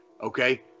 Okay